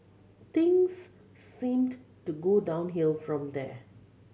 things seemed to go downhill from there